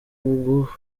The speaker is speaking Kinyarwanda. ubwo